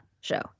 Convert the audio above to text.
show